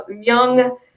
young